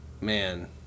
Man